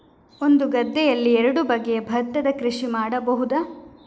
ಒಂದು ಗದ್ದೆಯಲ್ಲಿ ಎರಡು ಬಗೆಯ ಭತ್ತದ ಕೃಷಿ ಮಾಡಬಹುದಾ?